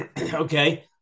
Okay